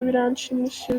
biranshimishije